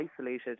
isolated